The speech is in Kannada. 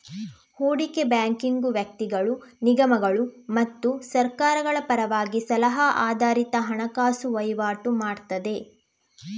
ಹೂಡಿಕೆ ಬ್ಯಾಂಕಿಂಗು ವ್ಯಕ್ತಿಗಳು, ನಿಗಮಗಳು ಮತ್ತು ಸರ್ಕಾರಗಳ ಪರವಾಗಿ ಸಲಹಾ ಆಧಾರಿತ ಹಣಕಾಸು ವೈವಾಟು ಮಾಡ್ತದೆ